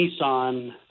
Nissan